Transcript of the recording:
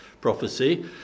prophecy